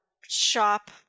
shop